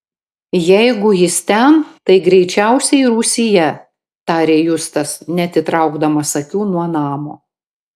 jeigu jis ten tai greičiausiai rūsyje tarė justas neatitraukdamas akių nuo namo